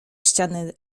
ściany